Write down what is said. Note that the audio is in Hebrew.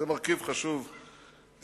זה מרכיב חשוב בשלום.